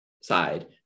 side